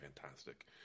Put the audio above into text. fantastic